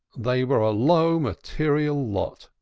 they were a low material lot,